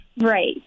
Right